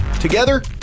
Together